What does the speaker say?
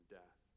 death